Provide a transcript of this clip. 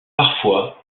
parfois